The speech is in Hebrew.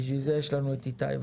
בשביל זה יש לנו את איתי.